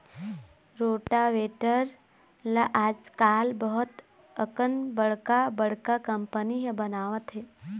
rotavator ल आजकाल बहुत अकन बड़का बड़का कंपनी ह बनावत हे